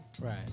Right